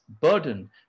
burden